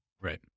Right